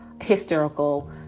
hysterical